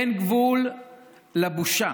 אין גבול לבושה.